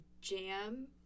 Jam